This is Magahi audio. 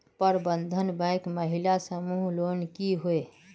प्रबंधन बैंक महिला समूह लोन की होय?